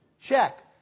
Check